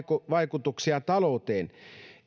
vaikutuksia talouteen